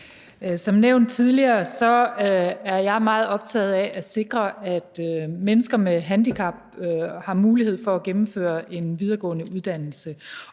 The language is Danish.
Som nævnt tidligere er jeg meget optaget af at sikre, at mennesker med handicap har mulighed for at gennemføre en videregående uddannelse.